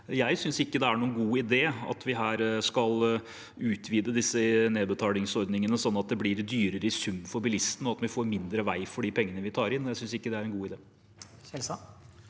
Jeg synes ikke det er noen god idé at vi skal utvide disse nedbetalingsordningene slik at det blir dyrere i sum for bilistene, og at vi får mindre vei for de pengene vi tar inn. Jeg synes ikke det er en god idé.